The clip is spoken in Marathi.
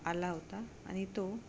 आला होता आणि तो